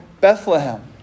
Bethlehem